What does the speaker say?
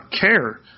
care